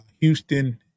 Houston